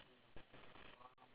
iya